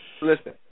Listen